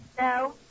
No